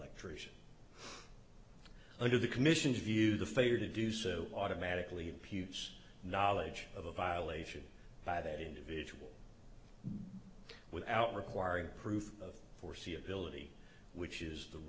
lecturers under the commission's view the failure to do so automatically imputes knowledge of a violation by that individual without requiring proof of foreseeability which is the